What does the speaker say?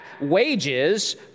wages